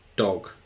Dog